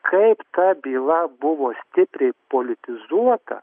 kaip ta byla buvo stipriai politizuota